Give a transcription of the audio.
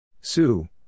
Sue